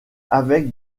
avec